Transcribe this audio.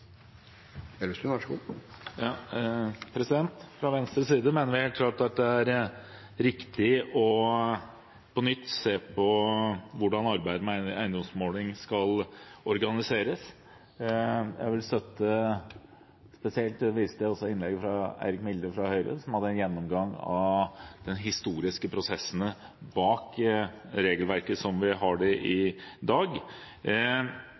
Fra Venstres side mener vi helt klart at det er riktig å på nytt se på hvordan arbeidet med eiendomsmåling skal organiseres. Jeg vil støtte spesielt innlegget fra Eirik Milde fra Høyre, som hadde en gjennomgang av de historiske prosessene bak regelverket vi har i dag